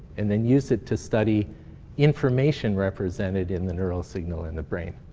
and then use it to study information represented in the neural signal in the brain.